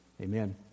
Amen